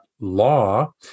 law